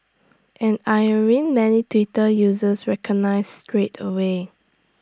an ironing many Twitter users recognised straight away